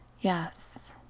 yes